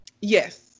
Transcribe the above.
yes